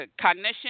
cognition